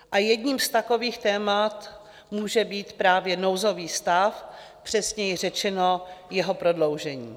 A jedním z takových témat může být právě nouzový stav, přesněji řečeno jeho prodloužení.